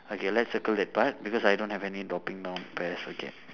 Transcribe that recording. okay let's circle that part because I don't have any dropping down pears okay